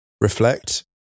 reflect